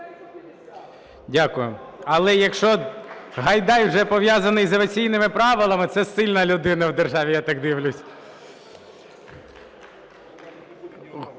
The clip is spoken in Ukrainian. Дякую. Але якщо Гайдай вже пов'язаний з авіаційними правилами – це сильна людина в державі, я так дивлюсь.